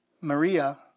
Maria